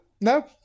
no